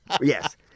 Yes